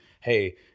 Hey